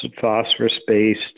phosphorus-based